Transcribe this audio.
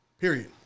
Period